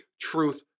truth